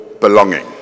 belonging